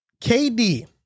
KD